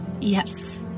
Yes